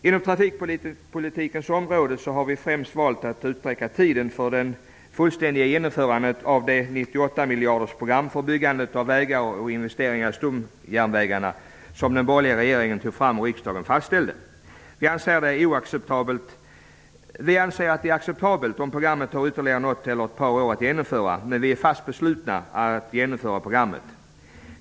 Inom trafikpolitikens område har vi främst valt att utsträcka tiden för det fullständiga genomförandet av det 98-miljardersprogram för byggande av vägar och nyinvesteringar i stomjärnvägar som den borgerliga regeringen tog fram och som riksdagen fastställde. Vi anser att det är acceptabelt om programmet tar ytterligare något eller ett par år att genomföra, men vi är fast beslutna att genomföra programmet.